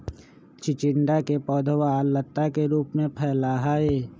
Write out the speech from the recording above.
चिचिंडा के पौधवा लता के रूप में फैला हई